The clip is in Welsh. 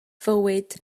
fywyd